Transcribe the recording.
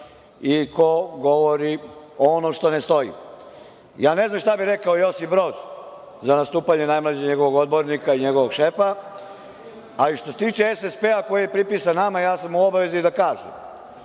i ko govori ono što ne stoji. Ne znam šta bi rekao Josip Broz za nastupanje najmlađeg njegovog odbornika i njegovog šefa, ali što se tiče SSP-a koji je pripisan nama, ja sam u obavezi da kažem